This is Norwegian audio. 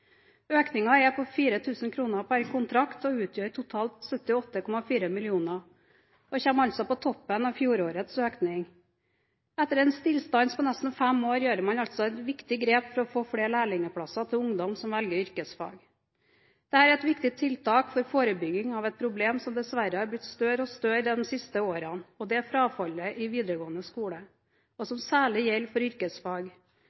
er på 4 000 kroner på én kontrakt og utgjør totalt 78,4 mill. kr, og dette kommer altså på toppen av fjorårets økning. Etter en stillstand på nesten fem år gjør man altså et viktig grep for å få flere lærlingplasser til ungdom som velger yrkesfag. Dette er et viktig tiltak for forebygging av et problem som dessverre har blitt større og større de siste årene, og det er frafallet i videregående skole – og